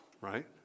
right